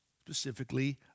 specifically